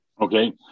okay